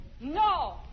No